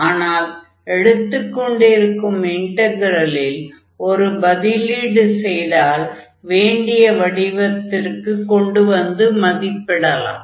ஆனால் எடுத்து கொண்டிருக்கும் இன்டக்ரலில் ஒரு பதிலீடு செய்தால் வேண்டிய வடிவத்திற்குக் கொண்டு வந்து மதிப்பிடலாம்